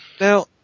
Now